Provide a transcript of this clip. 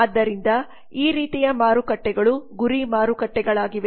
ಆದ್ದರಿಂದ ಆ ರೀತಿಯ ಮಾರುಕಟ್ಟೆಗಳು ಗುರಿ ಮಾರುಕಟ್ಟೆಗಳಾಗಿವೆ